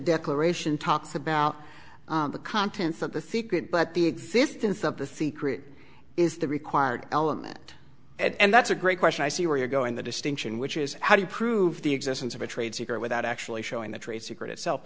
declaration talks about the contents of the thicket but the existence of the secret is the required element and that's a great question i see where you go in the distinction which is how do you prove the existence of a trade secret without actually showing the trade secret